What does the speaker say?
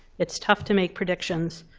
it's tough to make predictions,